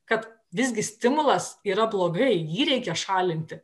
kad visgi stimulas yra blogai jį reikia šalinti